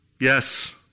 Yes